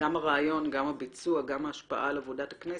גם הרעיון, גם הביצוע, גם ההשפעה על עבודת הכנסת.